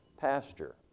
pasture